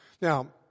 Now